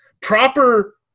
proper